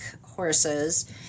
horses